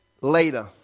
later